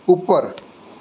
ઉપર